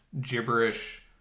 gibberish